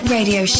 Radio